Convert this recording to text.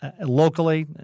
locally